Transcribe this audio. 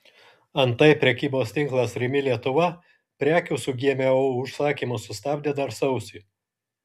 antai prekybos tinklas rimi lietuva prekių su gmo užsakymus sustabdė dar sausį